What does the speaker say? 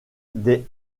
des